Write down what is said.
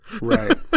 right